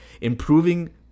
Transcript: improving